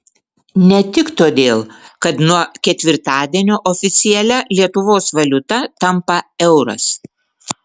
ne tik todėl kad nuo ketvirtadienio oficialia lietuvos valiuta tampa euras